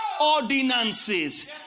ordinances